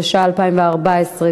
התשע"ה 2014,